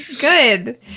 Good